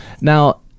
Now